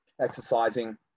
exercising